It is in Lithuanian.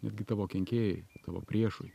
netgi tavo kenkėjai tavo priešui